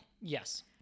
Yes